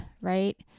right